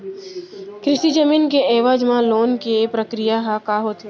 कृषि जमीन के एवज म लोन ले के प्रक्रिया ह का होथे?